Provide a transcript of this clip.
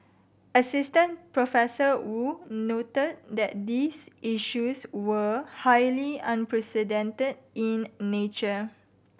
Assistant Prof Woo noted that these issues were highly unprecedented in nature